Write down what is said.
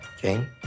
Jane